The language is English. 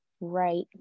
right